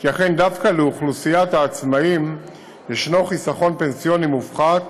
כי לאוכלוסיית העצמאיים יש חיסכון פנסיוני מופחת